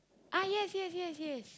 ah yes yes yes yes